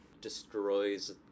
destroys